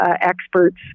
experts